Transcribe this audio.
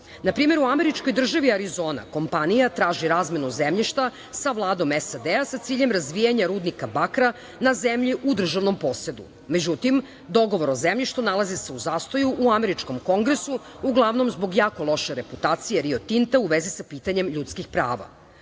Na primer, u Američkoj državi Arizona, kompanija traži razmenu zemljišta sa Vladom SAD-a sa ciljem razvijanja rudnika bakra na zemlji u državnom posedu. Međutim, dogovor o zemljištu nalazi se u zastoju u američkog kongresu, uglavnom zbog jako loše reputacije Rio Tinta u vezi sa pitanjem ljudskih prav.U